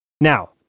Now